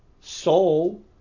soul